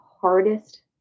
hardest